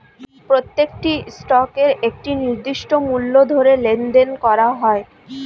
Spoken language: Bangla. প্রত্যেকটি স্টকের একটি নির্দিষ্ট মূল্য ধরে লেনদেন করা হয়